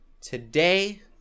today